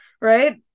right